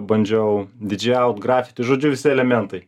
bandžiau dydžėjaut grafiti žodžiu visi elementai